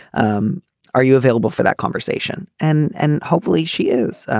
um are you available for that conversation. and and hopefully she is.